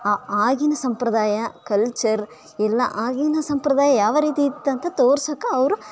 ಆ ಆಗಿನ ಸಂಪ್ರದಾಯ ಕಲ್ಚರ್ ಎಲ್ಲ ಆಗಿನ ಸಂಪ್ರದಾಯ ಯಾವ ರೀತಿ ಇತ್ತು ಅಂತ ತೋರ್ಸೋಕ್ಕೆ ಅವರು